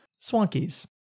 Swankies